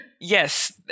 Yes